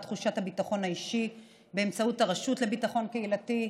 תחושת הביטחון האישי באמצעות הרשות לביטחון קהילתי.